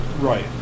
right